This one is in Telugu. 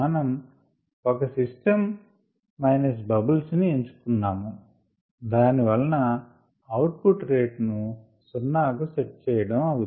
మనం ఒక సిస్టం మైనస్ బబుల్స్ ని ఎంచుకొన్నాము దాని వలన అవుట్ పుట్ రేట్ ను సున్నా కు సెట్ చేయడం అగును